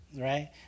right